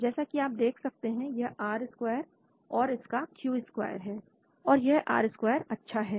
जैसा कि आप देख सकते हैं यह आर स्क्वायर और इसका क्यू स्क्वायर है और यह आर स्क्वायर अच्छा है